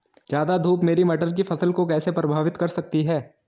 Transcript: ज़्यादा धूप मेरी मटर की फसल को कैसे प्रभावित कर सकती है?